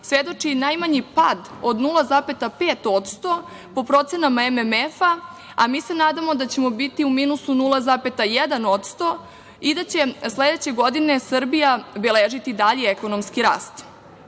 svedoči i najmanji pad od 0,5% po procenama MMF-a, a mi se nadamo da ćemo biti u minusu 0,1% i da će sledeće godine Srbija beležiti dalji ekonomski rast. To